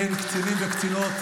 קצינים וקצינות,